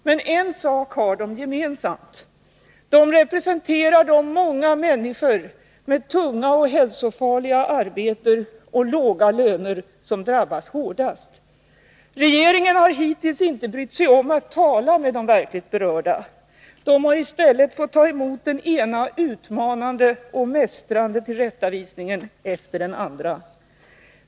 Men en sak har de gemensamt: De representerar de människor med tunga och hälsofarliga arbeten och låga löner, vilka drabbas hårdast. Regeringen har hittills inte brytt sig om att tala med de verkligt berörda. De har i stället fått ta emot den ena utmanande och mästrande tillrättavisningen efter den andra.